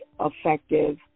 effective